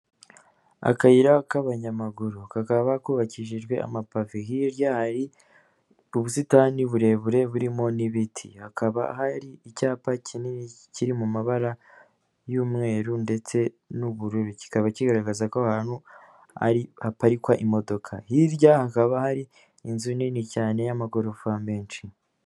Akayira k'abanyamaguru. Kakaba kubabakishijwe amapave . Hirya hari ubusitani burebure burimo n'ibiti. Hakaba hari icyapa kinini kiri mu mabara y'umweru ndetse n'ubururu. Kikaba kigaragaza ko ahantu Ari haparikwa imodoka . Hirya hakaba hari inzu nini cyane y'amagorofa menshi.